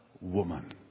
woman